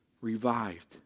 revived